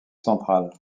centrale